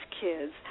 kids